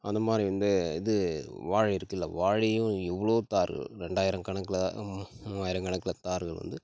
அந்த மாதிரி வந்து இது வாழை இருக்குல்ல வாழையும் எவ்வளோ தார் ரெண்டாயிரம் கணக்கில் மூவாயிரம் கணக்கில் தாருகள் வந்து